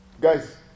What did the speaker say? Guys